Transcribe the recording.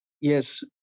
yes